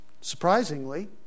Surprisingly